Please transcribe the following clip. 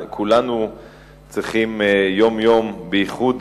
כולנו צריכים יום-יום, בייחוד